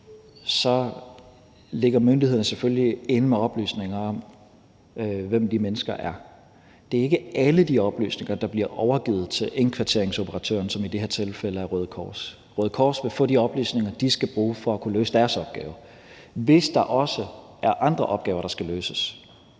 ligger myndighederne selvfølgelig inde med oplysninger om, hvem de mennesker er. Det er ikke alle de oplysninger, der bliver overgivet til indkvarteringsoperatøren, som i det her tilfælde er Røde Kors. Røde Kors vil få de oplysninger, de skal bruge for at kunne løse deres opgave. Hvis der også er andre opgaver, der skal løses,